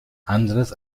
anderes